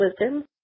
wisdom